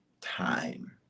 time